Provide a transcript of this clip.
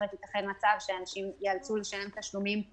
ייתכן מצב שאנשים יצטרכו לשלם תשלומים יחד.